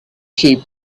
sheep